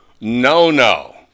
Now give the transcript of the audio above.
no-no